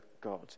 God